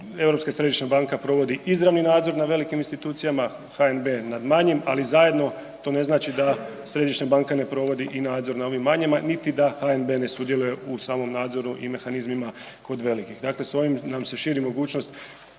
Europska središnja banka provodi izravni nadzor na velikih institucijama, HNB nad manjim, ali zajedno to ne znači da središnja banka ne provodi i nadzor na ovima manjima, niti da HNB ne sudjeluje u samom nadzoru i mehanizmima kod velikih. Dakle, s ovim nam se širi mogućnost